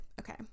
Okay